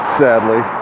sadly